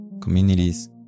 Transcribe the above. communities